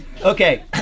Okay